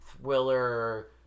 thriller